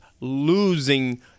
losing